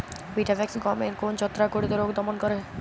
Vitavax গমের কোন ছত্রাক ঘটিত রোগ দমন করে?